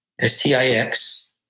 S-T-I-X